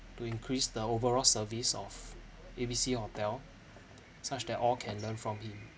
to increase the overall service of A B C hotel such that all can learn from him